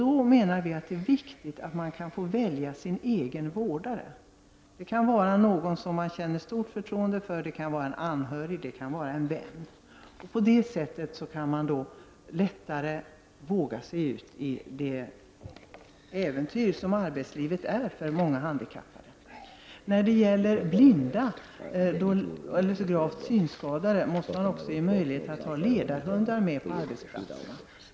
Vi menar att det är viktigt att man får välja sin egen vårdare. Det kan vara någon som man känner stort förtroende för, det kan vara en anhörig, och det kan vara en vän. På det sättet kan man lättare våga sig ut i det äventyr som arbetslivet är för många handikappade. När det gäller blinda eller gravt synskadade måste man också ge möjlighet att ha ledarhundar med på arbetsplatserna.